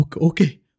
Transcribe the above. okay